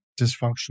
dysfunctional